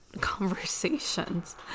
conversations